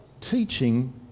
teaching